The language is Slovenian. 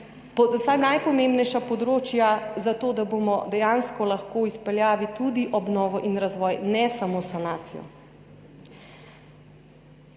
vsa najpomembnejša področja zato, da bomo dejansko lahko izpeljali tudi obnovo in razvoj, ne samo sanacijo.